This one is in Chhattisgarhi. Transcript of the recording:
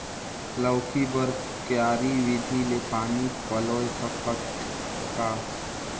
लौकी बर क्यारी विधि ले पानी पलोय सकत का?